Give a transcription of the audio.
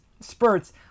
spurts